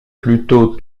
plutôt